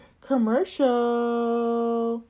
Commercial